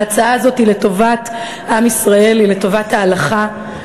ההצעה הזאת היא לטובת עם ישראל, היא לטובת ההלכה,